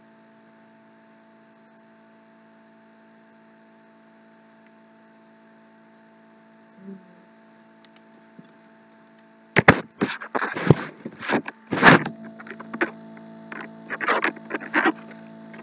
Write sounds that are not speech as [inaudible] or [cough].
mm [noise]